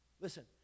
Listen